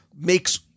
makes